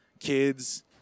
kids